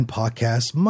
podcasts